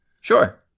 Sure